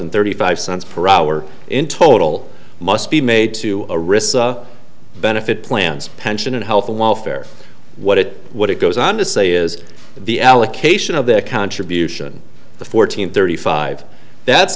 and thirty five cents per hour in total must be made to a risk benefit plans pension and health and welfare what it what it goes on to say is the allocation of their contribution the fourteen thirty five that's